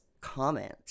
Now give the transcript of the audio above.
comment